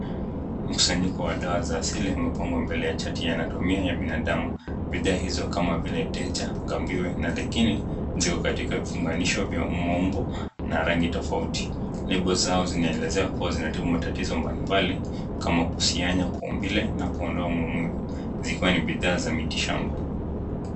Mkusanyiko wa dawa za asili umepangwa mbele ya chati ya anatomia ya binadamu. Bidhaa hizo kama vile Deja, Gambiwe na Lekine ziko katika vifunganisho vya maumbo na rangi tofauti. Lebo zao zinaelezea kuwa zinatibu matatizo mbalimbali kama kusinya kwa umbile na kuondoa maumivu. zikiwa ni bidhaa za miti shamba.